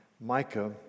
Micah